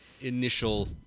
initial